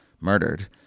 murdered